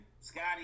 Scotty